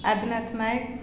Adhunath Nayak